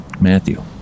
Matthew